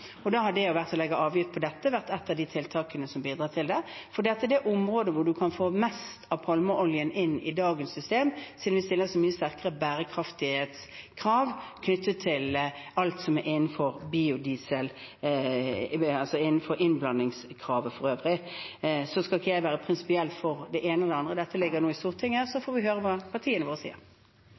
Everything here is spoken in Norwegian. Da er det å legge avgift på dette et av tiltakene som bidrar til det, for det er på dette området man kan få mest palmeolje inn gjennom dagens system, siden vi stiller så mye sterkere bærekraftskrav knyttet til alt innen innblandingskravet for øvrig. Jeg skal ikke være prinsipielt for verken det ene eller det andre. Dette ligger nå i Stortinget, og så får vi høre hva partiene våre sier.